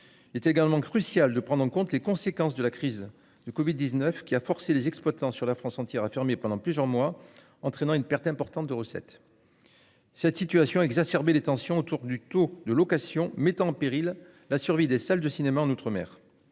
Il est également crucial de prendre en compte les conséquences de la crise du Covid-19, qui a forcé les exploitants sur la France entière pendant plusieurs mois, entraînant une perte importante de recettes. Cette situation exacerbé les tensions autour du taux de location mettant en péril la survie des salles de cinéma en outre-mer.